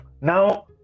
now